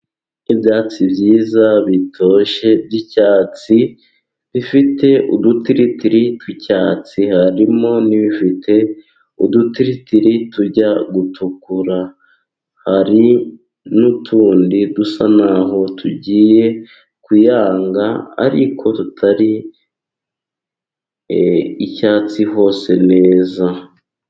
Ibyatsi byiza bitoshye by'icyatsi bifite udutiritiri tw'icyatsi, harimo n'ibifite udutiritiri tujya gutukura hari n'utundi dusa naho tugiye kuyanga ariko tutari icyatsi hose neza.